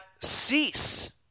cease